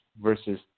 versus